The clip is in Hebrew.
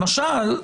למשל,